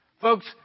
Folks